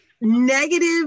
negative